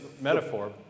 metaphor